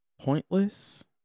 Pointless